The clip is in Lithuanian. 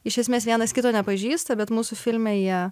iš esmės vienas kito nepažįsta bet mūsų filme jie